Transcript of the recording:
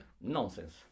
Nonsense